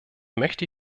möchte